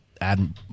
add